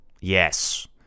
yes